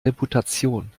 reputation